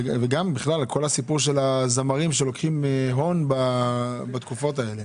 וגם בכלל כל הסיפור של הזמרים שלוקחים הון בתקופות האלה.